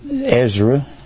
Ezra